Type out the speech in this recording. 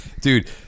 Dude